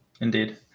Indeed